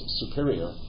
superior